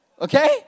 Okay